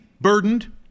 burdened